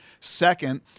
Second